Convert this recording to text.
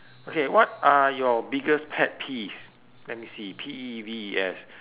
okay what are your biggest pet peeves let me see P E E V E S